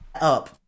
up